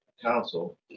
council